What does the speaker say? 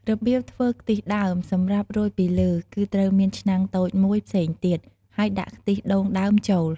របៀបធ្វើខ្ទិះដើម សម្រាប់រោយពីលើ គឺត្រូវមានឆ្នាំងតូចមួយផ្សេងទៀត ហើយដាក់ខ្ទិះដូងដើម ចូល។